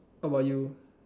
how about you